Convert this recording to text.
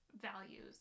values